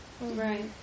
Right